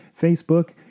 facebook